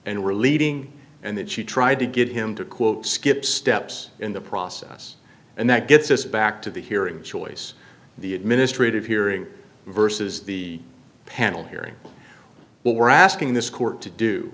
and were leading and that she tried to get him to quote skip steps in the process and that gets us back to the hearing choice the administrative hearing versus the panel hearing what we're asking this court to do